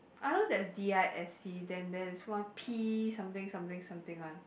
I know the D_I_S_C then there is one P something something something one